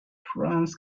franz